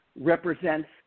represents